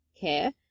care